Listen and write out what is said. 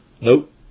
Nope